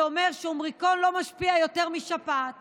שאומר שאומיקרון לא משפיע יותר משפעת